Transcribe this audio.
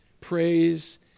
praise